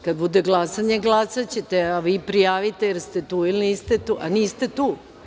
Kad bude glasanje, glasaćete, vi prijavite jel ste tu ili niste tu, a niste tu.